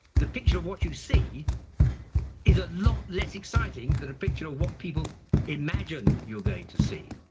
the picture of what you see is a lot less exciting than a picture of what people imagine you're going to see.